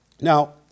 Now